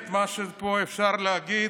מה שפה אפשר להגיד,